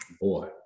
Boy